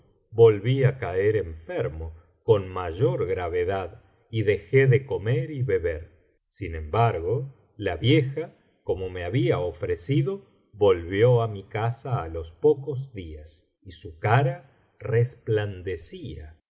volví a caer enfermo con mayor gravedad y dejé de comer y beber sin embargo la vieja como me había ofrecido volvió á mi casa á los pocos días y su cara resplandecía y